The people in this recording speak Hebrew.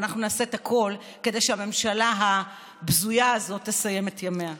אנחנו נעשה את הכול כדי שהממשלה הבזויה הזאת תסיים את ימיה.